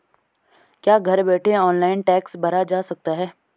क्या घर बैठे ऑनलाइन टैक्स भरा जा सकता है?